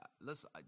listen